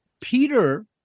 Peter